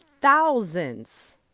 thousands